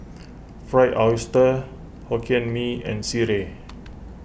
Fried Oyster Hokkien Mee and Sireh